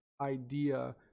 idea